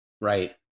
right